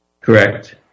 Correct